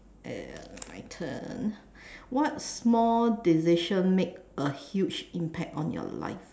uh my turn what small decision made a huge impact on your life